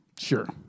Sure